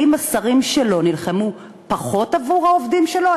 האם השרים שלו נלחמו פחות עבור העובדים שלו?